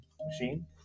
machine